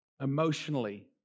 Emotionally